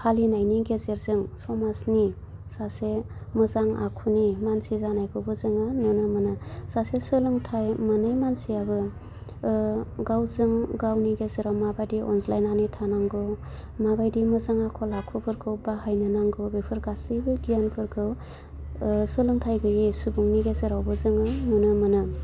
फालिनायनि गेजेरजों समाजनि सासे मोजां आखुनि मानसि जानायखौबो जोङो नुनो मोनो सासे सोलोंथाइ मोनै मानसियाबो गावजों गावनि गेजेराव माबायदि अनज्लायनानै थानांगौ माबायदि मोजां आखल आखुफोरखौ बाहायनो नांगौ बेफोर गासैबो गियानफोरखौ सोलोंथाइ गैयै सुबुंनि गेजेरावबो जोङो नुनो मोनो